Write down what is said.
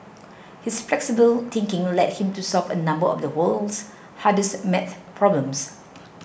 his flexible thinking led him to solve a number of the world's hardest maths problems